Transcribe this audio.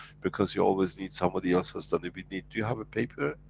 because you always need somebody else who's done it we need you have a paper?